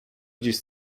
gdzieś